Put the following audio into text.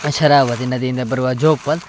ಶರಾವತಿ ನದಿಯಿಂದ ಬರುವ ಜೋಗ್ ಫಾಲ್ಸ್